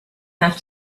have